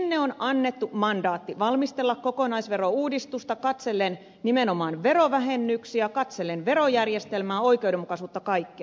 sinne on annettu mandaatti valmistella kokonaisverouudistusta katsellen nimenomaan verovähennyksiä katsellen verojärjestelmää oikeudenmukaisuutta kaikkea